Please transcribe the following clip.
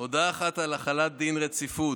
הודעה אחת, על החלת דין רציפות.